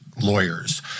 lawyers